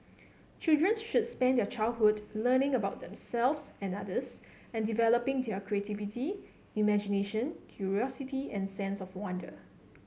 children should spend their childhood learning about themselves and others and developing their creativity imagination curiosity and sense of wonder